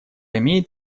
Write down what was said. имеет